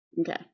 Okay